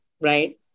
right